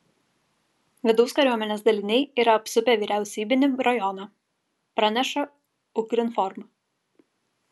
vidaus kariuomenės daliniai yra apsupę vyriausybinį rajoną praneša ukrinform